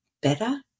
better